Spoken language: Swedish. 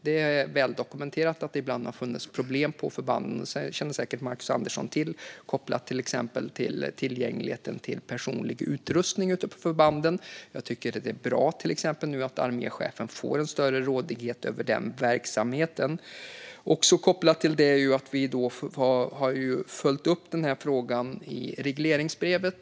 Det är väldokumenterat att det ibland har funnits problem på förbanden - det känner säkert Marcus Andersson till - kopplat till tillgängligheten till personlig utrustning ute på förbanden. Det är bra att arméchefen får en större rådighet över den verksamheten. Också kopplat till detta är att vi har följt upp frågan i regleringsbrevet.